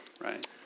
right